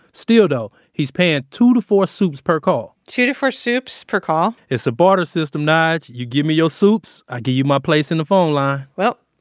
still though, he's paying two to four soups per call two to four soups per call? it's a barter system, nyge. you give me your soups, i give you my place in the phone line well.